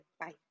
bye